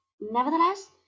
Nevertheless